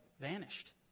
vanished